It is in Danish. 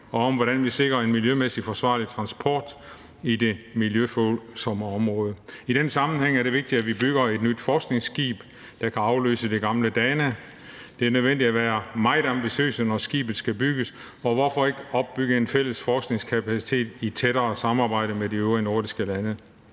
og om, hvordan vi sikrer en miljømæssigt forsvarlig transport i det miljøfølsomme område. I den sammenhæng er det vigtigt, at vi bygger et nyt forskningsskib, der kan afløse det gamle Dana. Det er nødvendigt at være meget ambitiøse, når skibet skal bygges, og hvorfor ikke opbygge en fælles forskningskapacitet i tættere samarbejde med de øvrige nordiske lande?